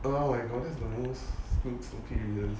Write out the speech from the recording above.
oh my god it's the most stupid reasons leh